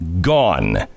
gone